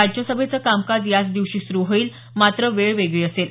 राज्यसभेचं कामकाज याच दिवशी सुरु होईल मात्र वेळ वेगळी असेल